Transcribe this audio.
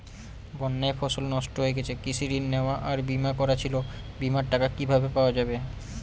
বন্যায় ফসল নষ্ট হয়ে গেছে কৃষি ঋণ নেওয়া আর বিমা করা ছিল বিমার টাকা কিভাবে পাওয়া যাবে?